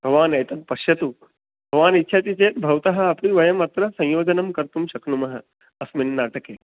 भवान् एतत् पश्यतु भवान् इच्छति चेत् भवतः अपि वयम् अत्र संयोजनं कर्तुं शक्नुमः अस्मिन् नाटके